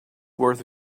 worth